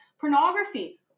pornography